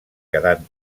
quedant